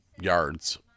yards